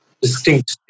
distinct